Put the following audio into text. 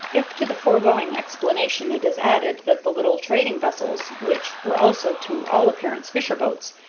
if to the foregoing explanation it is added that the little trading-vessels, which were also to all appearance fisher-boats,